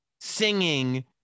singing